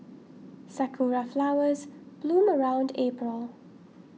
sakura flowers bloom around April